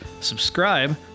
subscribe